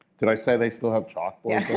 did i say they still have chalkboards